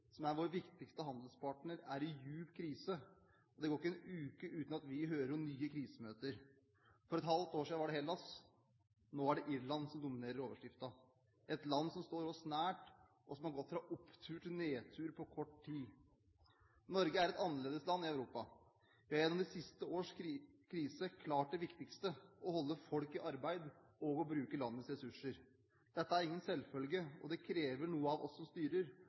som er vår viktigste handelspartner, er i dyp krise, og det går ikke en uke uten at vi hører om nye krisemøter. For et halvt år siden var det Hellas, nå er det Irland som dominerer overskriftene – et land som står oss nært, og som har gått fra opptur til nedtur på kort tid. Norge er et annerledesland i Europa. Vi har gjennom de siste års kriser klart det viktigste, å holde folk i arbeid og å bruke landets ressurser. Dette er ingen selvfølge, og det krever noe av oss som styrer,